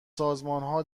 سازمانها